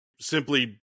simply